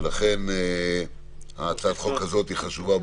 לכן הצעת החוק הזאת חשובה.